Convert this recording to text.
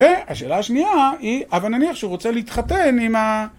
והשאלה השנייה היא הבה נניח שהוא רוצה להתחתן עם ה...